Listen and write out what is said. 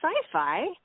sci-fi